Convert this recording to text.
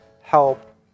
help